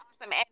awesome